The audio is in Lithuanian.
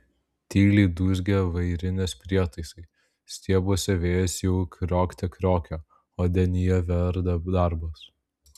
tyliai dūzgia vairinės prietaisai stiebuose vėjas jau kriokte kriokia o denyje verda darbas